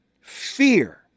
Fear